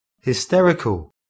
hysterical